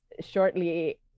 shortly